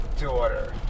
daughter